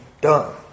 done